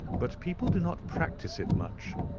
but people do not practise it much.